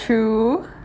true